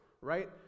right